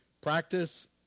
Practice